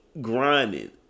grinding